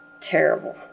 terrible